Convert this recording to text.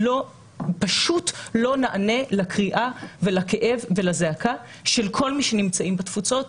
פשוט לא ניענה לקריאה ולכאב ולזעקה של כל מי שנמצאים בתפוצות.